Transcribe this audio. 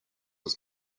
was